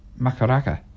Makaraka